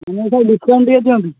ମୁଁ sir discount ଟିକେ ଦିଅନ୍ତୁ